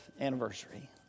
anniversary